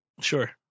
Sure